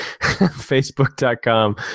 facebook.com